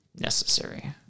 necessary